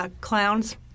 clowns